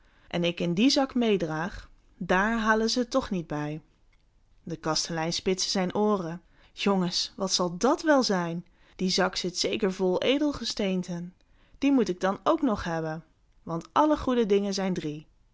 en in die zak meedraag daar halen ze toch niet bij de kastelein spitste zijn ooren jongens wat zou dàt wel zijn die zak zit zeker vol edelgesteenten die moet ik dan ook nog hebben want alle goede dingen zijn drie